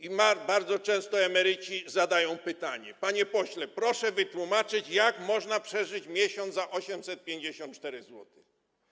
I bardzo często emeryci zadają pytanie: Panie pośle, proszę wytłumaczyć, jak można przeżyć przez miesiąc za 854 zł?